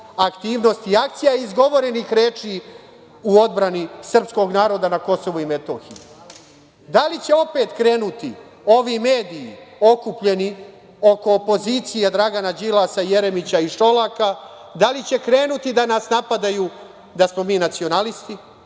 aktivnosti, i akcija, izgovorenih reči u odbrani srpskog naroda na KiM? Da li će opet krenuti ovi mediji okupljeni oko opozicije, Dragana Đilasa, Jeremića i Šolaka, da li će krenuti da nas napadaju, da smo mi nacionalisti,